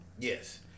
Yes